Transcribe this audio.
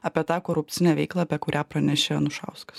apie tą korupcinę veiklą apie kurią pranešė anušauskas